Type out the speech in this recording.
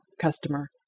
customer